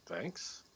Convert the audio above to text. thanks